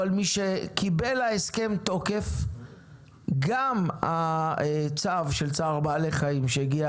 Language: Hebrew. אבל משקיבל ההסכם תוקף גם הצו של צער בעלי חיים שהגיע